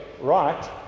right